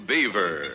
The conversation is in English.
Beaver